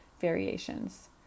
variations